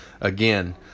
again